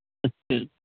اچھا